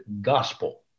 gospel